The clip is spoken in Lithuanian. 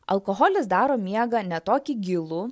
alkoholis daro miegą ne tokį gilų